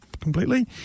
completely